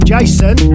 Jason